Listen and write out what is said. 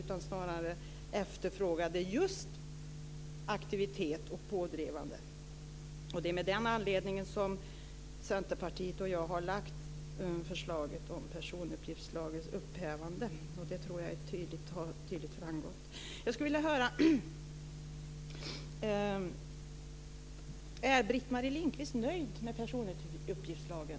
Hon efterfrågade snarare aktivitet och pådrivande. Det är av den anledningen som Centerpartiet och jag har lagt fram förslaget om personuppgiftslagens upphävande. Jag tror att det har framgått tydligt. Jag skulle vilja höra om Britt-Marie Lindkvist är nöjd med personuppgiftslagen.